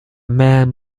man